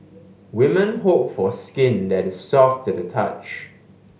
women hope for skin that is soft to the touch